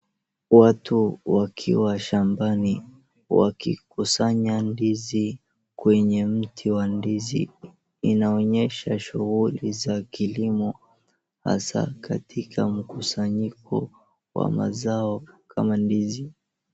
Watu wakiwa shambani wakikusanya ndizi kwenye mti wa ndizi. Inaonyesha shughuli za kilimo hasa katika mkusanyiko wa mzao kama ndizi.